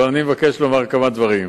אבל אני מבקש לומר כמה דברים.